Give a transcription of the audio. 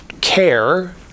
care